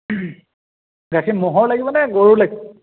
গাখীৰ ম'হৰ লাগিব নে গৰুৰ লাগিব